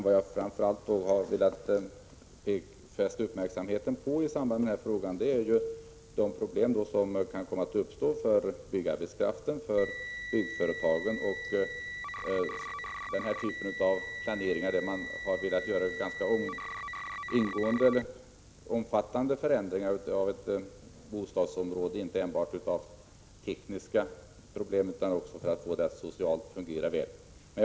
Vad jag framför allt har velat fästa uppmärksamheten på i den här frågan är emellertid de problem som kan komma att uppstå för byggarbetskraften, för byggföretagen och för all planering av den typ där man vill göra ganska omfattande förändringar i ett bostadsområde, inte enbart av teknisk art utan också för att få det att fungera väl socialt.